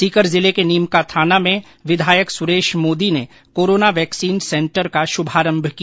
सीकर जिले के नीमकाथाना में विधायक सुरेश मोदी ने कोरोना वैक्सीन सेंटर का शुभारंभ किया